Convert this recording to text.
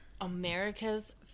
America's